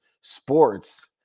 sports